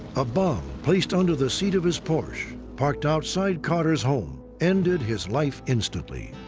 a bomb, placed under the seat of his porsche parked outside carter's home, ended his life instantly.